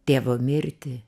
tėvo mirtį